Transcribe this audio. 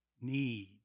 need